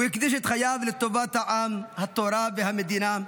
הוא הקדיש את חייו לטובת העם, התורה והמדינה,